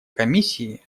комиссии